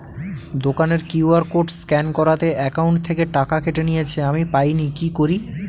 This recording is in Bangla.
দোকানের কিউ.আর কোড স্ক্যান করাতে অ্যাকাউন্ট থেকে টাকা কেটে নিয়েছে, আমি পাইনি কি করি?